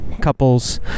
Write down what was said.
couples